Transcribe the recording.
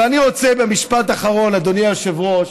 אבל אני רוצה במשפט אחרון, אדוני היושב-ראש,